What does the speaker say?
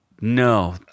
No